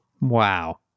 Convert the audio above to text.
Wow